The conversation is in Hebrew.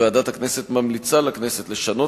ועדת הכנסת ממליצה לכנסת לשנות